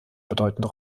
bedeutende